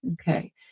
Okay